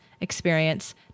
experience